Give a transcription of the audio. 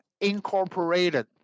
incorporated